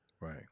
Right